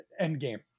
endgame